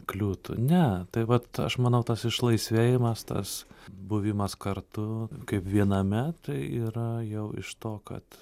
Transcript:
kliūtų ne tai vat aš manau tas išlaisvėjimas tas buvimas kartu kaip viename tai yra jau iš to kad